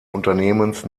unternehmens